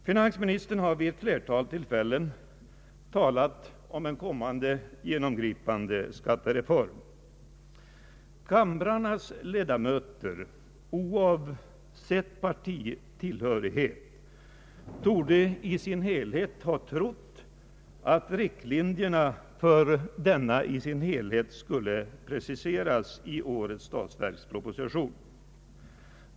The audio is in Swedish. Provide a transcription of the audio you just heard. Finansministern har vid ett flertal tillfällen talat om en kommande genomgripande skattereform. Kamrarnas ledamöter torde, oavsett partitillhörighet, ha trott att riktlinjerna för denna reform i sin helhet skulle presenteras i årets statsverksproposition.